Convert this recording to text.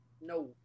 No